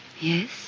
Yes